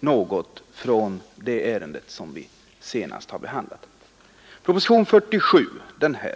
motionsyrkanden.